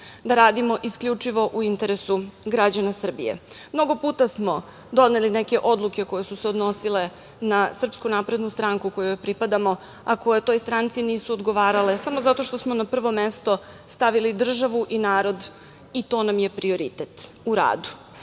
da radimo isključivo u interesu građana Srbije. Mnogo puta smo doneli neke odluke koje su se odnosile na SNS kojoj pripadamo, a koja toj stranci nisu odgovarale samo zato što smo na prvo mesto stavili državu i narod i to nam je prioritet u